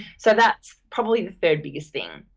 so, that's probably the third biggest thing.